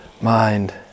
mind